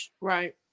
Right